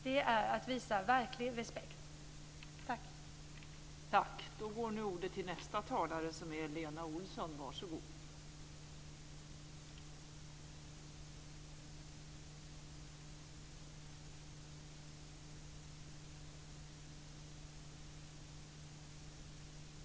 Det är att visa verklig respekt. Tack!